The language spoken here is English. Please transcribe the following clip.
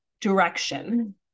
direction